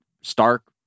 Stark